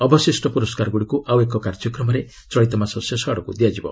ଅବଶିଷ୍ଟ ପୁରସ୍କାରଗୁଡ଼ିକୁ ଆଉ ଏକ କାର୍ଯ୍ୟକ୍ରମରେ ଚଳିତ ମାସ ଶେଷ ଆଡ଼କୁ ଦିଆଯିବ